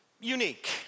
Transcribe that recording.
unique